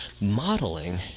modeling